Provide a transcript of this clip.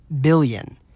billion